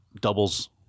doubles